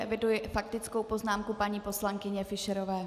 Eviduji faktickou poznámku paní poslankyně Fischerové.